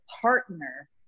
partner